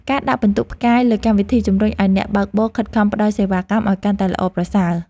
ការដាក់ពិន្ទុផ្កាយលើកម្មវិធី ជំរុញឱ្យអ្នកបើកបរខិតខំផ្ដល់សេវាកម្មឱ្យកាន់តែល្អប្រសើរ។